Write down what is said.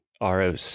ROC